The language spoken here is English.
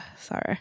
Sorry